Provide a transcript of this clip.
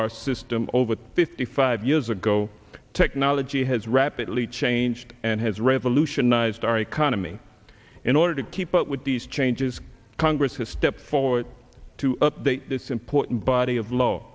our system over fifty five years ago technology has rapidly changed and has revolutionized our economy in order to keep up with these changes congress has stepped forward to update this important body of law